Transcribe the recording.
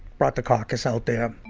brought the carcass out there,